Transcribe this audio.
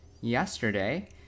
yesterday